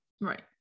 right